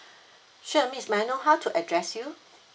sure miss may I know how to address you